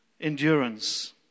endurance